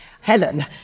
Helen